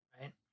right